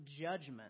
judgment